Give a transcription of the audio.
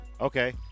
Okay